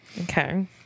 Okay